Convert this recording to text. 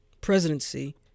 presidency